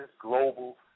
global